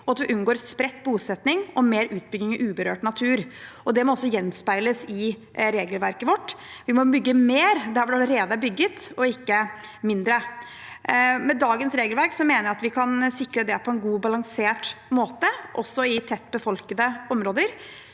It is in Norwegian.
og at vi unngår spredt bosetting og mer utbygging i uberørt natur. Det må også gjenspeiles i regelverket vårt – vi må bygge mer der hvor det allerede er bygget, og ikke mindre. Med dagens regelverk mener jeg vi kan sikre det på en god og balansert måte, også i tett befolkede områder,